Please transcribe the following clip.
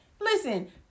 Listen